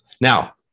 Now